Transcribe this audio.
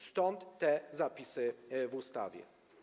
Stąd te zapisy w ustawie.